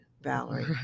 Valerie